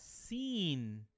seen